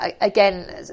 Again